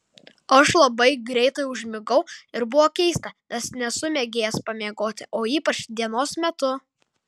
aš labai greitai užmigau ir buvo keista nes nesu mėgėjas pamiegoti o ypač dienos metu